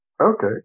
Okay